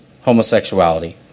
homosexuality